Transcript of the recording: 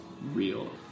real